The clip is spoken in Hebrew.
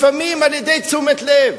לפעמים על-ידי תשומת לב,